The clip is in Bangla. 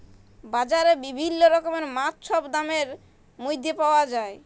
বাজারে বিভিল্ল্য রকমের মাছ ছব দামের ম্যধে পাউয়া যায়